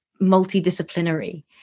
multidisciplinary